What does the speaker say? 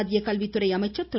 மத்திய கல்வித்துறை அமைச்சர் திரு